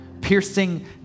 piercing